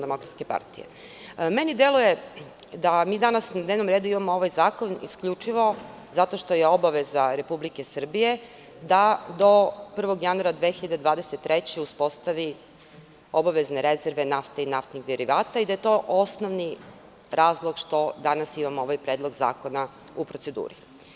Meni deluje da mi danas na dnevnom redu imamo ovaj zakon isključivo zato što je obaveza Republike Srbije da do 1. januara 2023. godine uspostavi obavezne rezerve nafte i naftnih derivata i da je to osnovni razlog što je ovaj predlog zakona u proceduri.